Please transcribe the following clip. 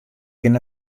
kin